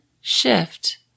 shift